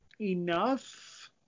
enough